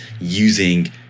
using